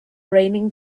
raining